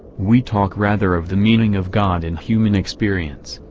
we talk rather of the meaning of god in human experience.